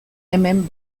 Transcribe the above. hemen